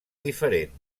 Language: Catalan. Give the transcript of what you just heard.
diferent